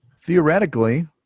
theoretically